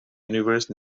universe